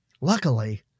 Luckily